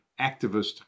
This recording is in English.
activist